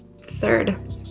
Third